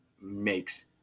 makes